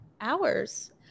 hours